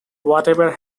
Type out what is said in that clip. whatever